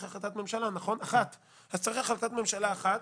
החלטת ממשלה --- זאת לא החלטת ממשלה,